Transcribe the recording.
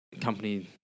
company